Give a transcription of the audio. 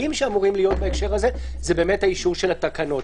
הבהולים שאמורים להיות בהקשר הזה הם באמת האישור של התקנות,